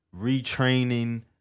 retraining